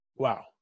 wow